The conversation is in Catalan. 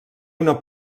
una